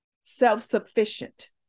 self-sufficient